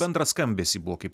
bendrą skambesį buvo kaip